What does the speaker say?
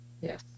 Yes